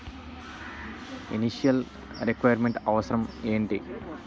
Initial requirement అవసరం ఎంటి?